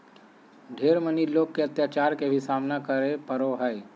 ढेर मनी लोग के अत्याचार के भी सामना करे पड़ो हय